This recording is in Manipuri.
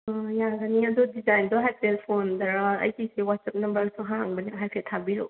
ꯑꯣ ꯌꯥꯒꯅꯤ ꯑꯗꯣ ꯗꯤꯖꯥꯏꯟꯗꯣ ꯍꯥꯏꯐꯦꯠ ꯐꯣꯟꯗꯔꯥ ꯑꯩꯒꯤꯁꯦ ꯋꯥꯠꯁꯑꯞ ꯅꯝꯕꯔꯁꯨ ꯍꯥꯡꯕꯅꯦ ꯍꯥꯏꯐꯦꯠ ꯊꯥꯕꯤꯔꯛꯑꯣ